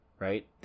right